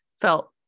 felt